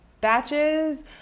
batches